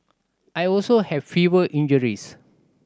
I also have fewer injuries